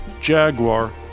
Jaguar